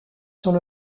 sont